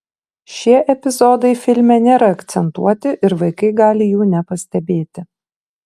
šie epizodai filme nėra akcentuoti ir vaikai gali jų nepastebėti